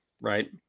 right